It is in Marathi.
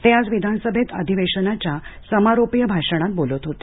ते आज विधानसभेत अधिवेशनाच्या समारोपीय भाषणात बोलत होते